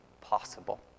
possible